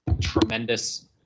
tremendous